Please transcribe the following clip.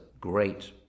great